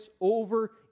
over